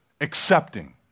accepting